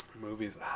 Movies